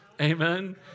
amen